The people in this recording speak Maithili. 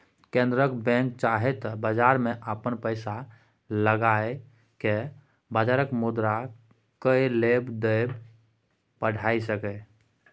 केंद्रक बैंक चाहे त बजार में अपन पैसा लगाई के बजारक मुद्रा केय लेब देब बढ़ाई सकेए